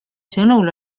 sõnul